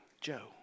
Joe